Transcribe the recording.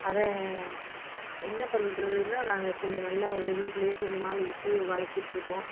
அதை என்ன பண்ணுறதுனா நாங்கள் கொஞ்சம் நல்லா உள்ளுக்குள்ளேயே கொஞ்சம் நாள் விட்டு வளர்த்துட்ருப்போம்